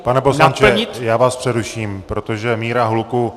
Pane poslanče, já vás přeruším, protože míra hluku...